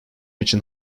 için